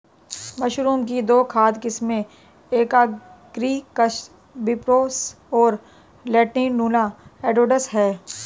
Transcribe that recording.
mushroom की दो खाद्य किस्में एगारिकस बिस्पोरस और लेंटिनुला एडोडस है